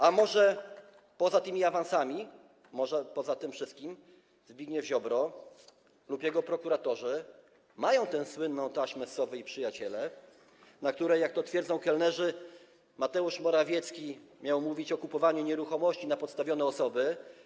A może poza tymi awansami, może poza tym wszystkim Zbigniew Ziobro lub jego prokuratorzy mają tę słynną taśmę z restauracji „Sowa i Przyjaciele”, gdzie, jak twierdzą kelnerzy, Mateusz Morawiecki miał mówić o kupowaniu nieruchomości na podstawione osoby.